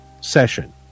session